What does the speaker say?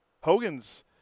Hogan's